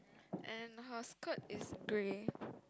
and her skirt is grey